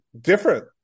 different